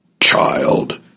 Child